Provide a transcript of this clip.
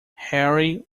harry